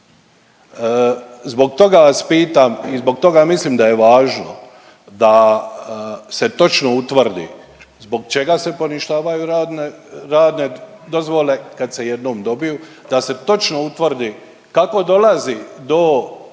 zbog toga mislim da je važno da se točno utvrdi zbog čega se